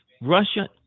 Russia